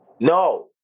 No